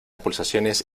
pulsaciones